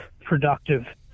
productive